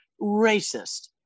racist